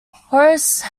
horace